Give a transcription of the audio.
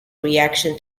reaction